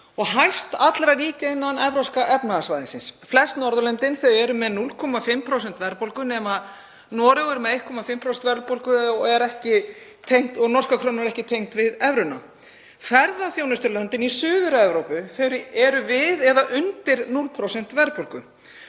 og hæst allra ríkja innan Evrópska efnahagssvæðisins. Flest Norðurlöndin eru með 0,5% verðbólgu, nema Noregur er með 1,5% verðbólgu og norska krónan ekki tengd við evruna. Ferðaþjónustulöndin í Suður-Evrópu eru við eða undir 0% verðbólgu.